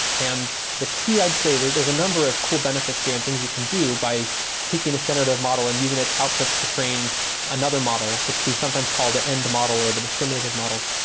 and the key i'd say, there's a number of cool benefits here in things you can do by taking this generative model and using its outputs to train another model, which we sometimes call the end model or the discriminative model.